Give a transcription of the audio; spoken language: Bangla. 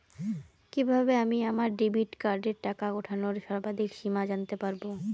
কিভাবে আমি আমার ডেবিট কার্ডের টাকা ওঠানোর সর্বাধিক সীমা জানতে পারব?